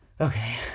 Okay